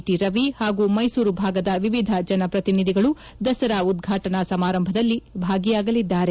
ಟರವಿ ಹಾಗೂ ಮೈಸೂರು ಭಾಗದ ವಿವಿಧ ಜನಪ್ರತಿನಿಧಿಗಳು ದಸರಾ ಉದ್ಘಾಟನಾ ಸಮಾರಂಭದಲ್ಲಿ ಭಾಗಿಯಾಗಲಿದ್ದಾರೆ